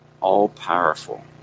all-powerful